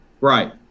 Right